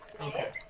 Okay